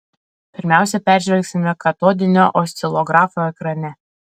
pirmiausia peržvelgsime katodinio oscilografo ekrane